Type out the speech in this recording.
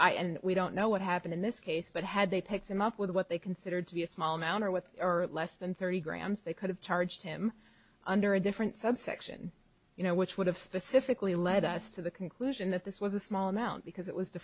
know and we don't know what happened in this case but had they picked him up with what they considered to be a small amount or with less than thirty grams they could have charged him under a different subsection you know which would have specifically led us to the conclusion that this was a small amount because it was